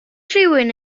rhywun